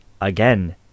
again –